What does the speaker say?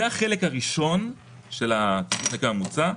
זה החלק הראשון של התיקון המוצע.